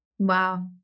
Wow